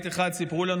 סיפרו לנו